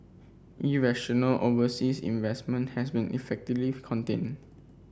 irrational overseas investment has been effectively contained